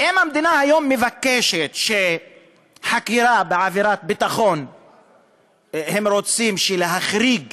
אם המדינה היום מבקשת שחקירה בעבירת ביטחון רוצים להחריג